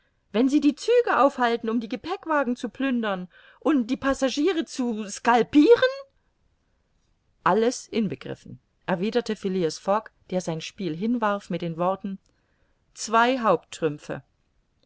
wenn sie die züge aufhalten um die gepäckwagen zu plündern und die passagiere zu scalpiren alles inbegriffen erwiderte phileas fogg der sein spiel hinwarf mit den worten zwei